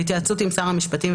בהתייעצות עם שר המשפטים,